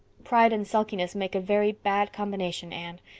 pride and sulkiness make a very bad combination, anne.